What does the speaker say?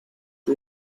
two